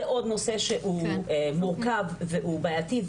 זה עוד נושא שהוא מורכב ובעייתי,